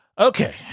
Okay